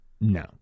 No